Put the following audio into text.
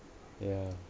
yeah